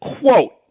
Quote